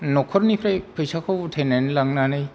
न'खरनिफ्राय फैसाखौ उथायनानै लांनानै